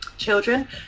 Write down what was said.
children